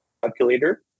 calculator